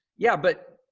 yeah. but,